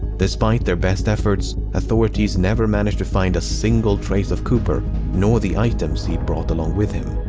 despite their best efforts, authorities never managed to find a single trace of cooper nor the items he'd brought along with him.